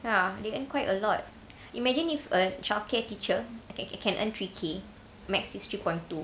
ya they earn quite a lot imagine if a childcare teacher okay ca~ can earn three K max is three point two